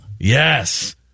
Yes